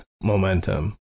momentum